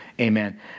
Amen